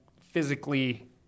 physically